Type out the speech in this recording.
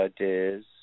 ideas